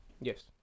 Yes